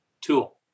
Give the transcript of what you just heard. tool